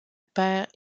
père